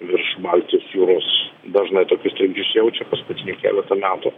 virš baltijos jūros dažnai tokius trikdžius jaučia paskutinį keletą metų